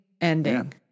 ending